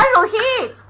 ok